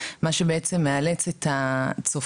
מה שבעצם מאלץ את הצופים,